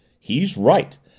he's right!